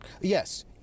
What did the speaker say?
yes